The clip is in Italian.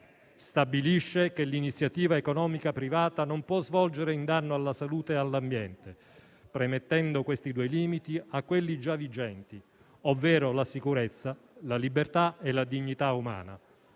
stabilisce che l'iniziativa economica privata non si può svolgere in danno della salute e dell'ambiente, premettendo questi due limiti a quelli già vigenti, ovvero la sicurezza, la libertà e la dignità umana.